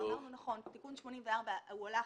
אמרנו שתיקון 84 הלך